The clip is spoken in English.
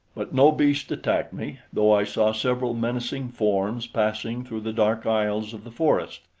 but no beast attacked me, though i saw several menacing forms passing through the dark aisles of the forest.